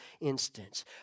instance